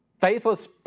faithless